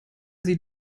sie